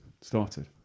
Started